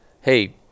hey